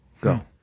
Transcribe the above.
Go